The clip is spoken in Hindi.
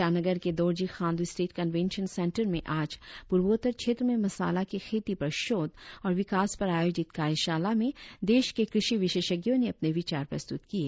ईटानगर के Dorjee Khandu state convention centre में आज पूर्वोत्तर क्षेत्र में मसाला की खेती पर शोध और विकास पर आयोजित कार्यशाला में देश के कृषि विशेषज्ञों ने अपने विचार प्रस्तुत किए